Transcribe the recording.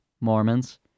Mormons